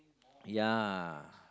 ya